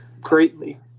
greatly